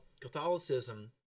Catholicism